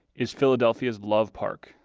is philadelphia's love park.